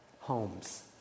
homes